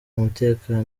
umutekano